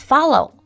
Follow